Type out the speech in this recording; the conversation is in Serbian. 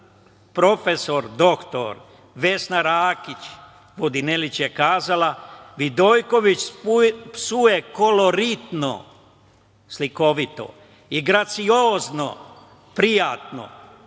prof. dr Vesna Rakić Vodinelić je rekla – Vidojković psuje koloritno, slikovito i graciozno. Prijatno.